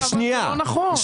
אבל זה לא נכון,